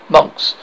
Monks